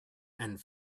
and